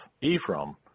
Ephraim